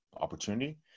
opportunity